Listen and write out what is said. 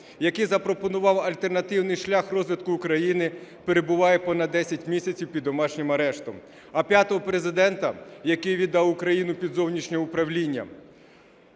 який запропонував альтернативний шлях розвитку України, перебуває понад 10 місяців під домашнім арештом. А п'ятого Президента, який віддав Україну під зовнішнє управління,